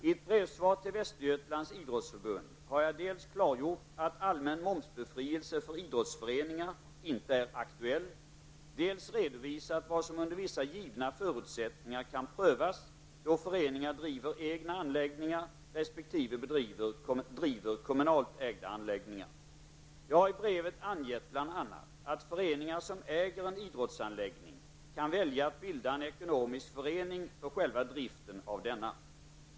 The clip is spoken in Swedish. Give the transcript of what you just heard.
I ett brevsvar till Västergötlands idrottsförbund har jag dels klargjort att allmän momsbefrielse för idrottsföreningar inte är aktuell, dels redovisat vad som under vissa givna förutsättningar kan prövas då föreningar driver egna anläggningar resp. driver kommunalt ägda anläggningar. Jag har i brevet angett bl.a. att föreningar som äger en idrottsanläggning kan välja att bilda en ekonomisk förening för själva driften av denna.